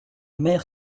mère